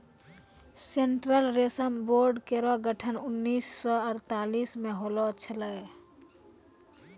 central रेशम board केरो गठन उन्नीस सौ अड़तालीस म होलो छलै